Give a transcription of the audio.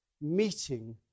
meeting